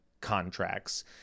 contracts